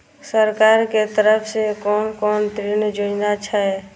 सरकार के तरफ से कोन कोन ऋण योजना छै?